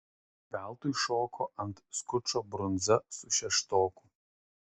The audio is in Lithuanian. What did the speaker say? veltui šoko ant skučo brundza su šeštoku